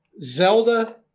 Zelda